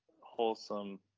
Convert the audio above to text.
wholesome